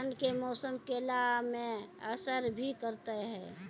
ठंड के मौसम केला मैं असर भी करते हैं?